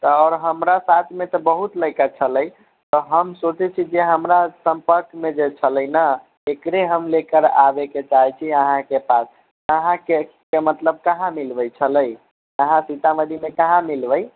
तऽ आओर हमरा साथमे तऽ बहुत लइका छलै हम सोचै छी जे हमरा सम्पर्कमे जे छलै ने एकरे हम लेकर आबैके चाहै छी कि अहाँके पास अहाँके मतलब कहाँ मिलबै छलै अहाँ सीतामढ़ीमे कहाँ मिलबै